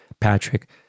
Patrick